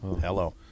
Hello